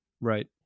Right